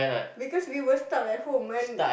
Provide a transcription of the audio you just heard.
because we were stuck at home and